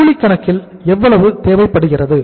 கூலி கணக்கில் எவ்வளவு தேவைப்படுகிறது